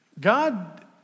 God